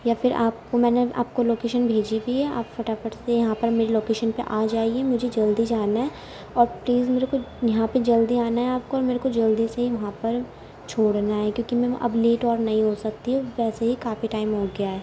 یا پھر آپ کو میں نے آپ کو لوکیشن بھیجی بھی ہے آپ فٹافٹ سے یہاں پر میری لوکیشن پہ آ جائیے مجھے جلدی جانا ہے اور پلیز مجھے کچھ یہاں پہ جلدی آنا ہے آپ کو اور میرے کو جلدی سے ہی وہاں پر چھوڑنا ہے کیونکہ میں اب لیٹ اور نہیں ہو سکتی ویسے ہی کافی ٹائم ہو گیا ہے